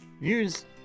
use